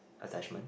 attachment